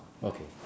okay